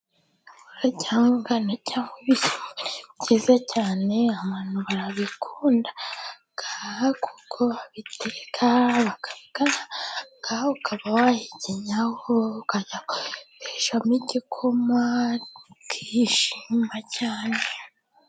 Uburo cyangwa ingano ni byiza cyane abantu barabikunda kuko babiteka, ukaba wahekenyaho, ukabeteshamo igikoma ukihishima cyane.